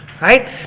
right